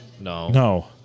No